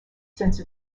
since